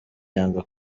yanga